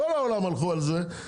כל העולם הלכו על זה,